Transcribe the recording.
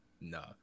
No